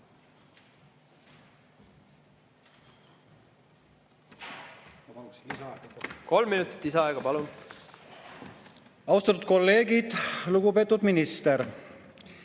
Kolm minutit lisaaega, palun! Austatud kolleegid! Lugupeetud minister!